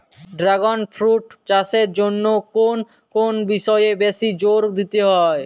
Dragon fruit চাষের জন্য কোন কোন বিষয়ে বেশি জোর দিতে হয়?